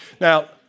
Now